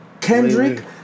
Kendrick